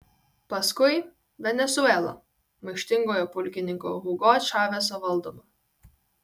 paskui venesuela maištingojo pulkininko hugo čaveso valdoma